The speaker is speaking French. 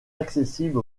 accessible